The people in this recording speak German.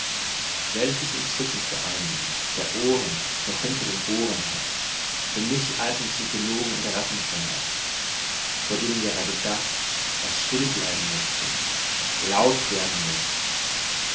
welches entzücken für einen der ohren noch hinter den ohren hat für mich alten psychologen und rattenfänger vor dem gerade das was still bleiben möchte laut werden muss